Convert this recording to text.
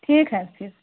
ठीक है फिर